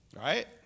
Right